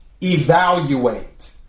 evaluate